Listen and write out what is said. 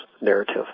narrative